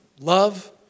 love